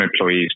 employees